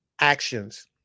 actions